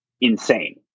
insane